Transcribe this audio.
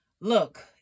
look